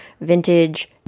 vintage